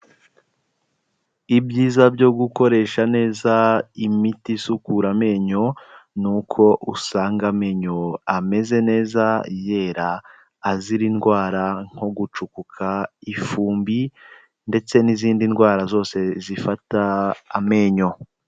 Ibyiza byo gukoresha neza imiti isukura amenyo, ni uko usanga amenyo ameze neza yera, azira indwara nko gucukuka, ifumbi ndetse n'izindi ndwara zose zifata amenyo.